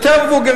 יש יותר מבוגרים.